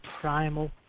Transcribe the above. primal